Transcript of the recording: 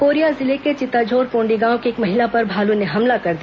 Korea जिले के चिताझोर पोंडी गांव की एक महिला पर भालू ने हमला कर दिया